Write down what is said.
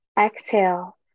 Exhale